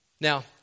Now